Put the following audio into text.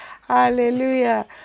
hallelujah